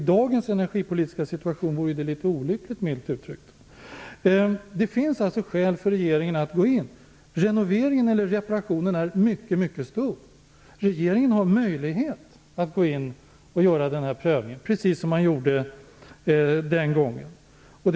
I dagens energipolitiska situation vore det litet olyckligt, milt uttryckt. Det finns alltså skäl för regeringen att gå in och göra en prövning. Renoveringen eller reparationen är mycket stor. Regeringen har möjlighet att gå in och göra den här prövningen, precis som man gjorde när det gällde Ringhals 2.